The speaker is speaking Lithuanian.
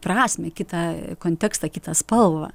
prasmę kitą kontekstą kitą spalvą